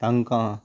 तांकां